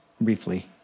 briefly